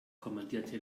kommandierte